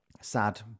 sad